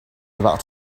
without